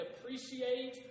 appreciate